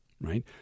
right